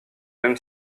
mêmes